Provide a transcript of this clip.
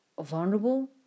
vulnerable